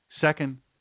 second